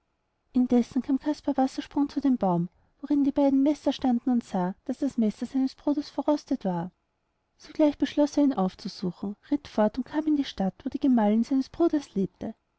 indessen kam caspar wassersprung zu dem baum worin die beiden messer standen und sah daß das messer seines bruders verrostet war sogleich beschloß er ihn aufzusuchen ritt fort und kam in die stadt wo die gemahlin seines bruders lebte